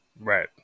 Right